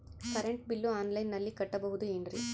Current bill ಆನ್ಲೈನಿನಲ್ಲಿ ಕಟ್ಟಬಹುದು ಏನ್ರಿ?